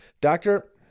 Doctor